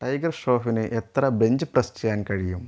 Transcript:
tiger ഷ്രോഫ്ഫിന് എത്ര bench press ചെയ്യാൻ കഴിയും